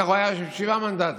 וכך הוא היה עם שבעה מנדטים.